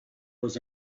was